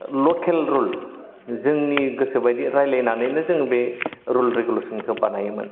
लकेल rule जोंनि गोसोबादिनो रायलायनानैनो जोङो बे रुल रेगुलेसोन खौ बानायोमोन